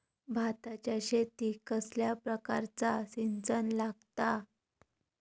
भाताच्या शेतीक कसल्या प्रकारचा सिंचन लागता?